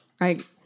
Right